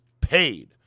paid